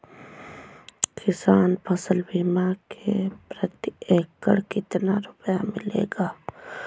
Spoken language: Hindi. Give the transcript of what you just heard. किसान फसल बीमा से प्रति एकड़ कितना रुपया मिलेगा?